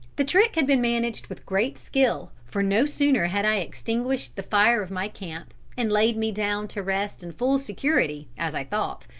the trick had been managed with great skill for no sooner had i extinguished the fire of my camp, and laid me down to rest in full security, as i thought,